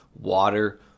water